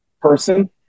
person